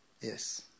Yes